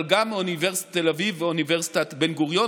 אבל גם מאוניברסיטת תל אביב ומאוניברסיטת בן-גוריון,